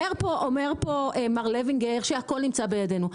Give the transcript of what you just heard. אומר פה מר לוינגר שהכל נמצא בידינו.